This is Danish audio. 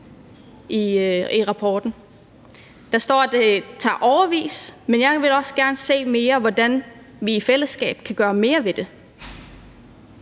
i redegørelsen. Der står, at det vil tage år. Men jeg vil hellere se, hvordan i fællesskab kan gøre mere ved det.